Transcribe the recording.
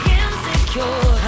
insecure